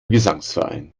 gesangsverein